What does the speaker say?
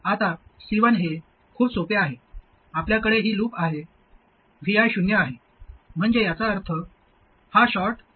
आता C1 हे खूप सोपे आहे आपल्याकडे ही लूप आहे Vi शून्य आहे म्हणजे याचा अर्थ हा शॉर्ट सर्किट आहे